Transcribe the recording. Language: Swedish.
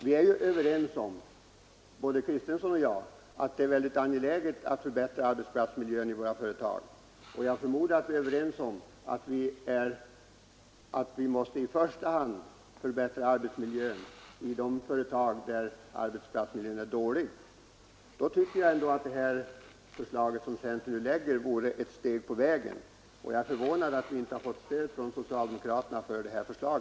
Herr Kristenson och jag är överens om att det är mycket angeläget att förbättra arbetsplatsmiljön i företagen, och jag förmodar att vi också är överens om att vi i första hand måste förbättra den i de företag där arbetsmiljön är dålig. Då tycker jag att det förslag som centern nu framlägger vore ett steg på vägen, och jag är förvånad över att vi inte har fått stöd från socialdemokraterna för detta förslag.